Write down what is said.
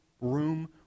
room